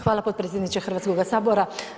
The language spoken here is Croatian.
Hvala, potpredsjedniče Hrvatskoga sabora.